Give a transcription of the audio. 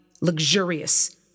luxurious